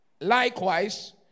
likewise